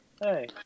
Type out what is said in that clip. hey